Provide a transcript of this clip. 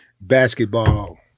basketball